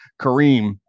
Kareem